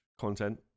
content